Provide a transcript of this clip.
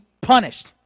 punished